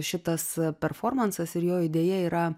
šitas performansas ir jo idėja yra